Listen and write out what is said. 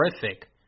terrific